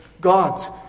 God's